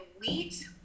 wheat